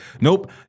nope